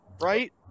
right